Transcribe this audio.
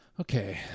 Okay